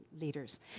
leaders